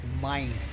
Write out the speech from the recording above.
Mind